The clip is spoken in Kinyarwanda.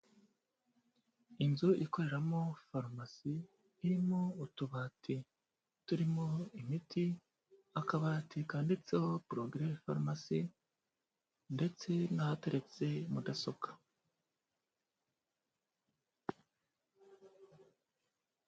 Inzu ikoreramo farumasi irimo utubati turimo imiti, akabati kanditseho porogeresi farumasi ndetse n'ahateretse mudasobwa.